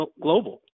Global